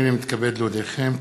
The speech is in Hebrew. הנני מתכבד להודיעכם,